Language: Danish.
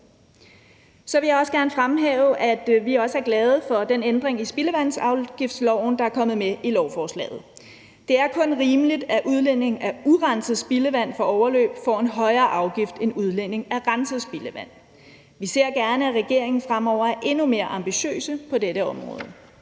Så vil jeg også gerne som det andet fremhæve, at vi også er glade for den ændring i spildevandsafgiftsloven, der er kommet med i lovforslaget. Det er kun rimeligt, at udledningen af urenset spildevand fra overløb får en højere afgift end udledningen af renset spildevand. Vi ser gerne, at regeringen fremover er endnu mere ambitiøse på dette område.